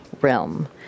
realm